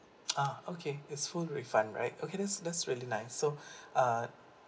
ah okay it's full refund right okay that's that's really nice so uh